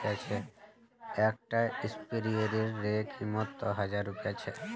एक टा स्पीयर रे कीमत त हजार रुपया छे